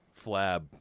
flab